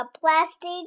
plastic